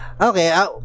okay